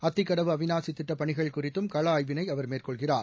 அத்திக்கடவு அவிநாசி திட்டப் பணிகள் குறித்தும் கள ஆய்வினை அவர் மேற்கொள்கிறார்